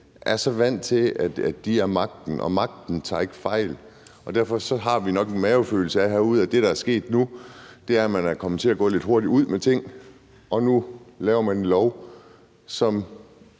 er så vant til, at de er magten, og at magten ikke tager fejl. Derfor har vi herude nok en mavefornemmelse af, at det, der er sket nu, er, at man er kommet til at gå lidt hurtigt ud med ting, og at nu laver man en lov, som